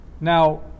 now